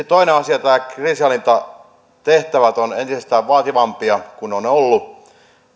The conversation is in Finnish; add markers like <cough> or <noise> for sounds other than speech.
<unintelligible> toinen asia nämä kriisinhallintatehtävät ovat vaativampia kuin ne ennen ovat olleet